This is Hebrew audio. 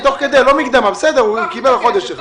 קיבל כבר,